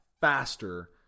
faster